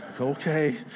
Okay